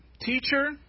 Teacher